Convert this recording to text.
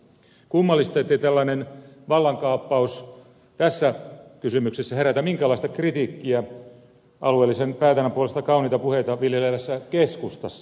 kummallista ettei tällainen vallankaappaus tässä kysymyksessä herätä minkäänlaista kritiikkiä alueellisen päätännän puolesta kauniita puheita viljelevässä keskustassa